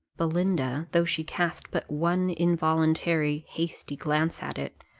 belinda, though she cast but one involuntary, hasty glance at it,